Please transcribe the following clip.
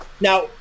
Now